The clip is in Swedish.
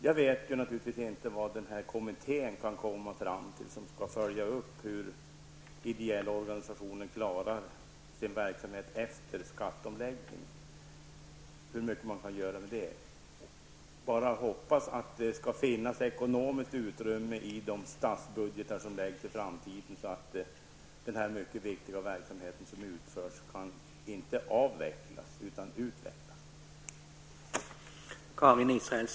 Jag vet naturligtvis inte vad kommittén kan komma fram till som skall följa upp hur ideella organisationer klarar sin verksamhet efter skatteomläggningen. Jag bara hoppas att det skall finnas ekonomiskt utrymme i de statsbudgetar som läggs i framtiden, så att den mycket viktiga verksamhet som utförs inte avvecklas utan utvecklas.